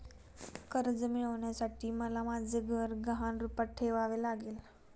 कर्ज मिळवण्यासाठी मला माझे घर गहाण रूपात ठेवावे लागले